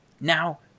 Now